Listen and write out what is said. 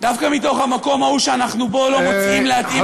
דווקא מתוך המקום ההוא שבו אנחנו לא מוצאים להתאים את החקיקה,